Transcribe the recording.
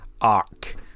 arc